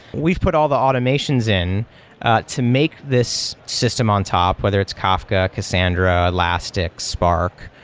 we've put all the automations in to make this system on top, whether it's kafka, cassandra, elastic, spark,